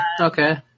okay